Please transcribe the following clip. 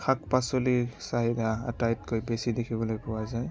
শাক পাচলিৰ চাহিদা আটাইতকৈ বেছি দেখিবলৈ পোৱা যায়